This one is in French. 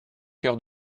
heures